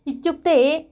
इत्युक्ते